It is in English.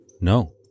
No